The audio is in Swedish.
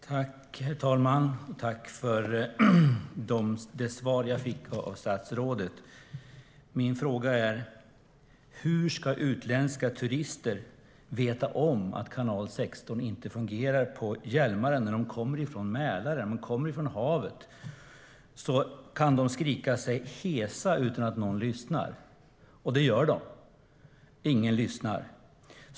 Herr talman! Tack för det svar jag fick av statsrådet! Min fråga är: Hur ska utländska turister veta att kanal 16 inte fungerar på Hjälmaren? När de kommer från Mälaren och när de kommer från havet kan de skrika sig hesa utan att någon lyssnar. Och det gör de. Ingen lyssnar.